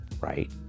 right